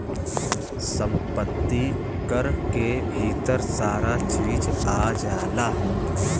सम्पति कर के भीतर सारा चीज आ जाला